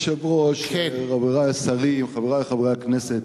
אדוני היושב-ראש, רבותי השרים, חברי חברי הכנסת,